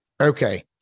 Okay